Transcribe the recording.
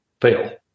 fail